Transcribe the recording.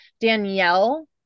Danielle